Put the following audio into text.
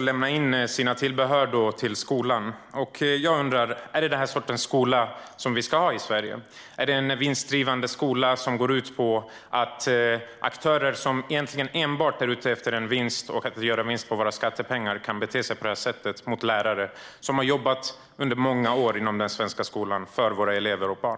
lämna in sina tillbehör till skolan. Jag undrar: Är det den här sortens skola som vi ska ha i Sverige? Kan en vinstdrivande skola, som går ut på att aktörer egentligen enbart är ute efter att göra vinst på våra skattepengar, bete sig på det här sättet mot lärare som har jobbat under många år inom den svenska skolan för våra elever och barn?